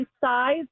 size